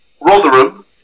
Rotherham